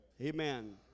Amen